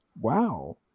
wow